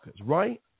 right